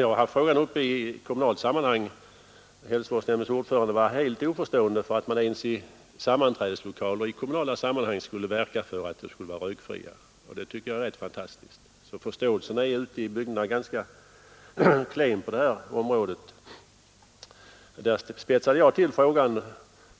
Jag har haft denna fråga uppe i kommunalt sammanhang. Hälsovårdsnämndens ordförande var helt oförstående för att man i kommunala sammanhang skulle verka för att sammanträdeslokaler skulle vara rökfria. Det tycker jag är rätt fantastiskt. Förståelsen ute i bygderna är alltså ganska klen på detta område. Där spetsade jag för övrigt till frågan